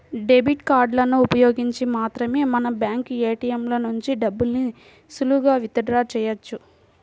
debit కార్డులను ఉపయోగించి మాత్రమే మనం బ్యాంకు ఏ.టీ.యం ల నుంచి డబ్బుల్ని సులువుగా విత్ డ్రా చెయ్యొచ్చు